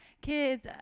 kids